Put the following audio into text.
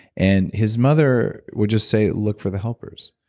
and his mother would just say, look for the helpers.